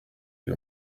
iri